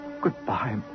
Goodbye